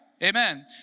Amen